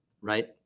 Right